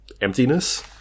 emptiness